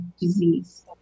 disease